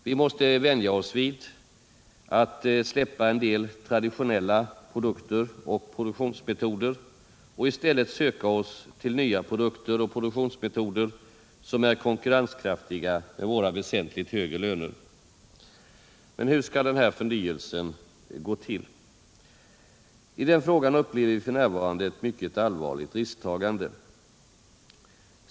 Vi måste vänja oss vid att släppa en del traditionella produkter och produktionsmetoder och i stället söka oss till nya produkter och produktionsmetoder som är konkurrenskraftiga med våra väsentligt högre löner. Men hur skall denna förnyelse gå till? I den frågan upplever vi f. n. ett mycket allvarligt risktagande.